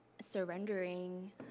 surrendering